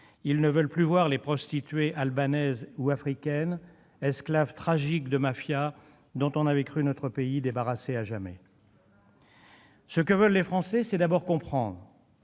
Ils ne veulent plus voir les prostituées albanaises ou africaines, esclaves tragiques de mafias dont on avait cru notre pays débarrassé à jamais. Au bois de Vincennes ! Ce que veulent les Français, c'est d'abord comprendre.